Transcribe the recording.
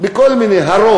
הרוב.